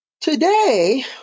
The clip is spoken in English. Today